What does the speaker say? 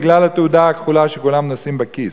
בגלל התעודה הכחולה שכולם נושאים בכיס.